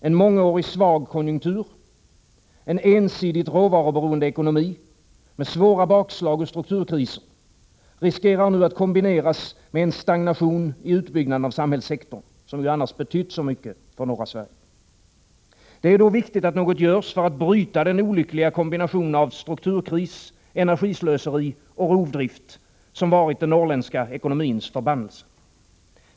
En mångårig svag konjunktur, en ensidigt råvaruberoende ekonomi med svåra bakslag och strukturkriser riskerar nu att kombineras med en stagnation i utbyggnaden av samhällssektorn, som annars betytt så mycket för norra Sverige. Det är då viktigt att något görs för att bryta den olyckliga kombinationen av strukturkris, energislöseri och rovdrift som varit den norrländska ekonomins förbannelse.